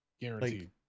guaranteed